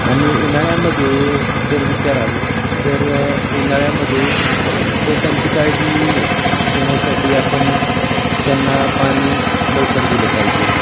आणि उन्हाळ्यामध्ये जर विचाराल तर उन्हाळ्यामध्ये रोपांची काळजी घेण्यासाठी आपण त्यांना पाणी लवकर दिलं पाहिजे